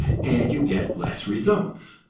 and you get less results.